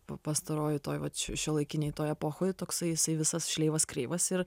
po pastaroji toj vat šio šiuolaikinėj toj epochoj toksai jisai visas šleivas kreivas ir